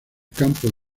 campo